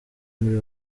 muri